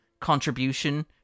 contribution